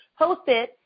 hosted